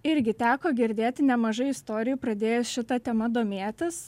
irgi teko girdėti nemažai istorijų pradėjus šita tema domėtis